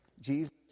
Jesus